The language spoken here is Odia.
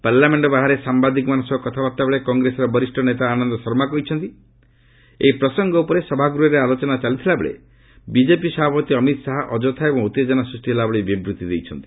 ପାର୍ଲାମେଣ୍ଟ ବାହାରେ ସାମ୍ବାଦିକମାନଙ୍କ ସହ କଥାବାର୍ତ୍ତା ବେଳେ କଂଗ୍ରେସର ବରିଷ୍ଣ ନେତା ଆନନ୍ଦ ଶର୍ମା କହିଛନ୍ତି ଏହି ପ୍ରସଙ୍ଗ ଉପରେ ସଭାଗୃହରେ ଆଲୋଚନା ଚାଲିଥିବା ବେଳେ ବିଜେପି ସଭାପତି ଅମିତ ଶାହା ଅଯଥା ଏବଂ ଉତ୍ତେଜନା ସୃଷ୍ଟି ହେଲା ଭଳି ବିବୃତ୍ତି ଦେଇଛନ୍ତି